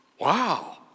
wow